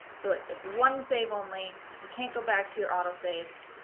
so it's it's one save only, you can't go back to your autosaves,